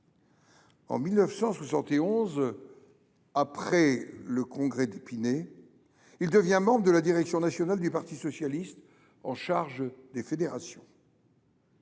En 1971, après le congrès d’Épinay, il devient membre de la direction nationale du parti socialiste ; il y est chargé des fédérations.